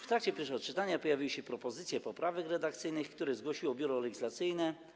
W trakcie pierwszego czytania pojawiły się propozycje poprawek redakcyjnych, które zgłosiło Biuro Legislacyjne.